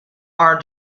are